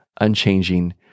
unchanging